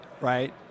right